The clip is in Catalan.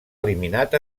eliminat